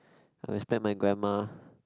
I respect my grandma